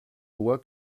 loi